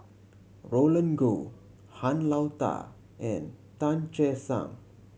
Roland Goh Han Lao Da and Tan Che Sang